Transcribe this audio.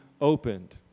opened